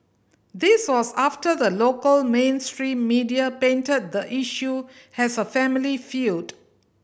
this was after the local mainstream media painted the issue has a family feud